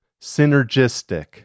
Synergistic